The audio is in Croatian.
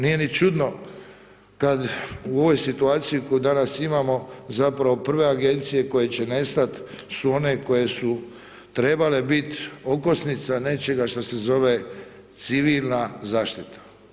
Nije ni čudno kad u ovoj situaciji koju danas imamo, zapravo prve agencije koje će nestati su one koje su trebale biti okosnica nečega što se zove civilna zaštita.